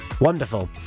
wonderful